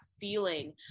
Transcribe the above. feeling